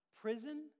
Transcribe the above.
prison